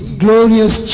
glorious